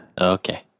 Okay